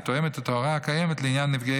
היא תואמת את ההוראה הקיימת לעניין נפגעי